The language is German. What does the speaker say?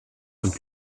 und